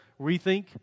Rethink